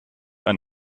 ein